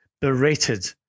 berated